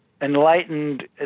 enlightened